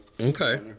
Okay